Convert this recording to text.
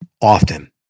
often